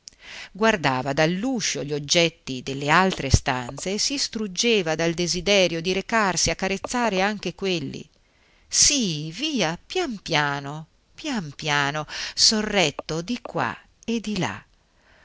piangerne guardava dall'uscio gli oggetti delle altre stanze e si struggeva dal desiderio di recarsi a carezzare anche quelli sì via pian piano pian piano sorretto di qua e di là